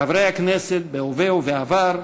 חברי הכנסת בהווה ובעבר,